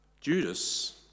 Judas